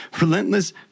relentless